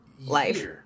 life